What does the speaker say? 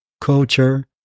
culture